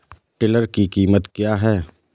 Tiller की कीमत क्या है?